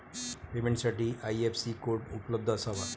पेमेंटसाठी IFSC code उपलब्ध असावा